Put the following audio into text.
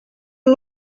you